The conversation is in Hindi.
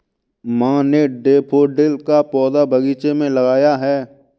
माँ ने डैफ़ोडिल का पौधा बगीचे में लगाया है